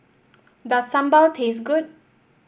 does Sambal taste good